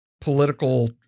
political